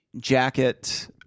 jacket